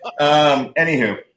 Anywho